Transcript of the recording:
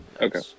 Okay